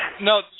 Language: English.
No